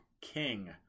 king